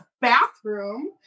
bathroom